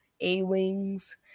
A-Wings